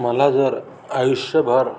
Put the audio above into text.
मला जर आयुष्यभर